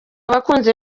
abakunzi